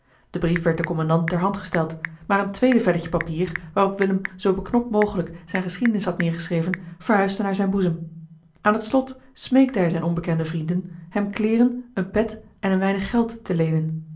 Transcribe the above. de brief werd den kommandant ter hand gesteld maar een tweede velletje papier waarop willem zoo beknopt mogelijk zijne geschiedenis had neergeschreven verhuisde naar zijn boezem aan het slot smeekte hij zijn onbekenden vrienden hem kleeren eene pet en een weinig geld te leenen